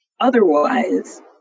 otherwise